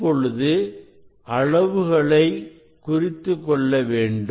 இப்பொழுது அளவுகளை குறித்துக் கொள்ள வேண்டும்